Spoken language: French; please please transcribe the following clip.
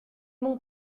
mon